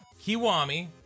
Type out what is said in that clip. kiwami